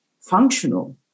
functional